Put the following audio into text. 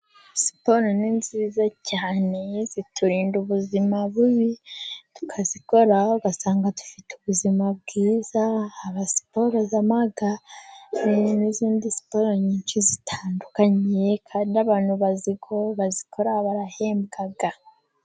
Siporo ni nziza cyane ziturinda ubuzima bubi tukazikora ugasanga dufite ubuzima bwiza, haba siporo z'amagare n'izindi sporo nyinshi zitandukanye, kandi abantu bazikora barahembwa.